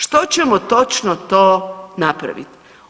Što ćemo točno to napraviti?